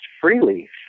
freely